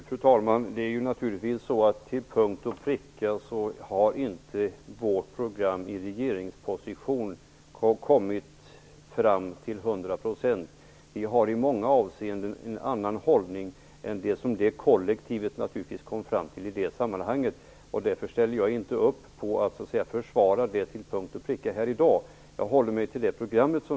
Fru talman! Vårt program har naturligtvis inte till 100 % kommit till utförande i vår regeringsställning. Vi har i många avseenden en annan hållning än den som regeringskollektivet kom fram till, även i detta sammanhang. Jag ställer mig därför i dag inte till punkt och pricka bakom ett försvar av denna. Jag håller mig till vårt program.